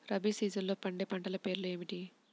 రబీ సీజన్లో పండే పంటల పేర్లు ఏమిటి?